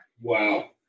Wow